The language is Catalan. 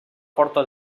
porta